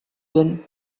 when